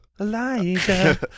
Elijah